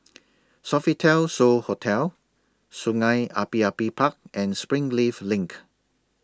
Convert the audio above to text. Sofitel So Hotel Sungei Api Api Park and Springleaf LINK